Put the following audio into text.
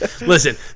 Listen